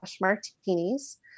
martinis